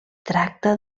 tracta